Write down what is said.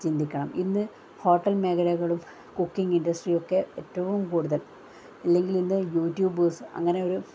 ചിന്തിക്കണം ഇന്ന് ഹോട്ടൽ മേഖലകളും കുക്കിങ് ഇൻഡസ്ട്രിയൊക്കെ ഏറ്റവും കൂടുതൽ അല്ലെങ്കിൽ ഇന്ന് യൂട്യൂബേഴ്സ് അങ്ങനെ ഒര്